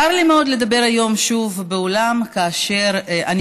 צר לי מאוד לדבר היום שוב באולם כאשר אני